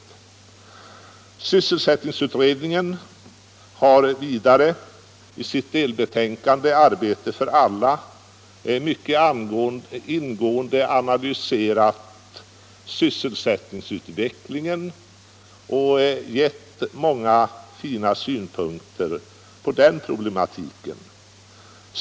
Vidare har sysselsättningsutredningen i sitt delbetänkande Arbete för alla mycket ingående analyserat sysselsättningsutvecklingen och givit många fina synpunkter på den problematiken.